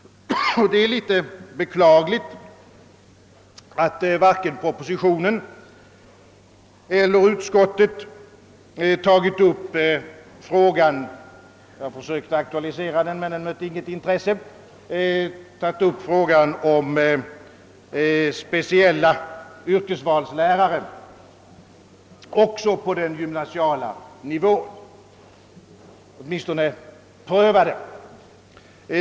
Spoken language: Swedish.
Det är beklagligt, att varken propositionen eller utskottet tagit upp frågan om speciella yrkesvalslärare också på den gymnasiala nivån. Jag har försökt aktualisera frågan i avdelningen men inte märkt något intresse.